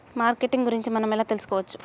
Marketing గురించి మనం ఎలా తెలుసుకోవచ్చు?